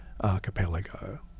archipelago